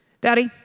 Daddy